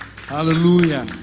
Hallelujah